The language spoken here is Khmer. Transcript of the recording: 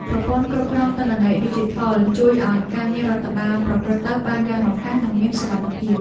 ប្រព័ន្ធគ្រប់គ្រងទិន្នន័យឌីជីថលជួយឱ្យការងាររដ្ឋបាលប្រព្រឹត្តទៅបានយ៉ាងរហ័ស និងមានសុវត្ថិភាព។